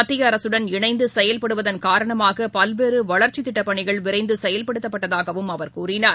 மத்தியஅரசுடன் இணைந்தசெயல்படுவதன் காரணமாகபல்வேறுவளர்ச்சித் திட்டப் பணிகள் விரர்தசெயல்படுத்தப்பட்டதாகவும் அவர் கூறினார்